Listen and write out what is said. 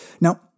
Now